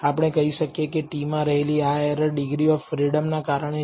આપણે કહી શકીએ કે t માં રહેલી આ એરર ડિગ્રી ઓફ ફ્રીડમ ના કારણે છે